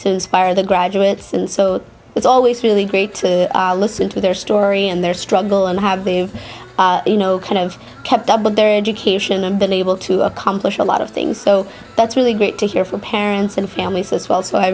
inspire the graduates and so it's always really great to listen to their story and their struggle and have lived kind of kept up with their education and been able to accomplish a lot of things so that's really great to hear from parents and families as well so i